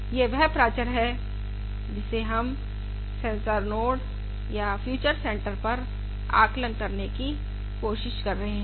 यह वह प्राचर है जिससे हम सेंसर नोड या फ्यूजन सेंटर पर आकलन करने की कोशिश कर रहे हैं